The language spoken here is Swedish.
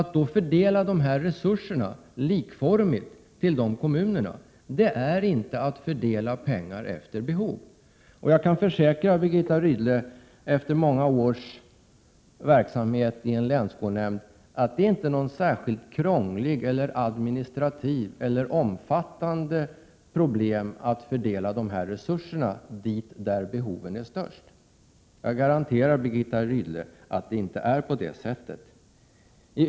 Att då fördela dessa resurser likformigt till dessa kommuner är inte att fördela pengar efter behov. Jag kan, efter många års verksamhet i en länsskolnämnden, försäkra Birgitta Rydle att det inte är något särskilt administrativt krångligt eller omfattande problem att fördela dessa resurser till dem som har störst behov. Jag garanterar Birgitta Rydle att det inte är något problem.